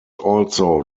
also